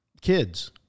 kids